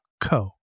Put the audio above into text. co